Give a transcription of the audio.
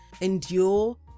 endure